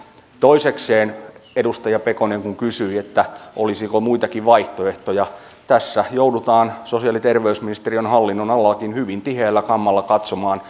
toisekseen edustaja pekonen kun kysyi että olisiko muitakin vaihtoehtoja tässä joudutaan sosiaali ja terveysministeriön hallinnonalallakin hyvin tiheällä kammalla katsomaan